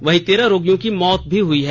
वहीं तेरह रोगियों की मौत भी हुई है